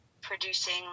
producing